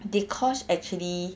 dee kosh actually